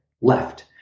left